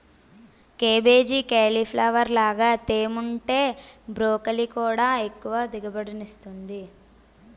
cabbage, cauliflower లాగే తేముంటే broccoli కూడా ఎక్కువ దిగుబడినిస్తుంది